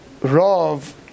rav